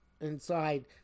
Inside